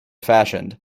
fashioned